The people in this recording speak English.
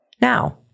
Now